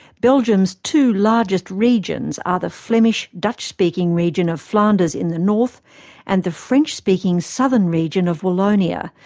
belgium's two largest regions are the flemish dutch-speaking region of flanders in the north and the french-speaking southern region of wallonia.